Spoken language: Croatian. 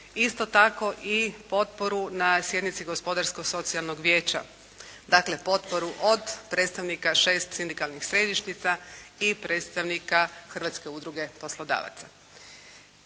Isto tako i potporu na sjednici Gospodarsko-socijalnog vijeća, dakle potporu od predstavnika šest sindikalnih središnjica i predstavnika Hrvatske udruge poslodavaca.